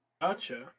Gotcha